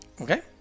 Okay